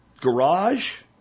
Garage